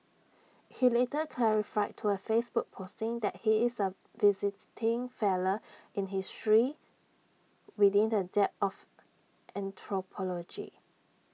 he later clarified to A Facebook posting that he is A visiting fellow in history within the dept of anthropology